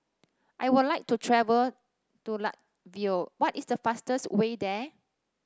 I would like to travel to Latvia what is the fastest way there